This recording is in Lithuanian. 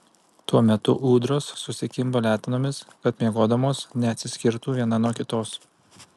tuo metu ūdros susikimba letenomis kad miegodamos neatsiskirtų viena nuo kitos